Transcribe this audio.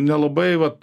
nelabai vat